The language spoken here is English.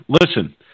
Listen